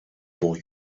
boy